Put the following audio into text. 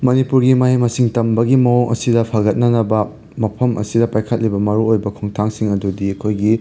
ꯃꯅꯤꯄꯨꯔꯒꯤ ꯃꯍꯩ ꯃꯁꯤꯡ ꯇꯝꯕꯒꯤ ꯃꯑꯣꯡ ꯑꯁꯤꯗ ꯐꯒꯠꯅꯅꯕ ꯃꯐꯝ ꯑꯁꯤꯗ ꯄꯥꯏꯈꯠꯂꯤꯕ ꯃꯔꯨ ꯑꯣꯏꯕ ꯈꯣꯡꯊꯥꯡꯁꯤꯡ ꯑꯗꯨꯗꯤ ꯑꯩꯈꯣꯏꯒꯤ